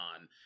on